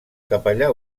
capellà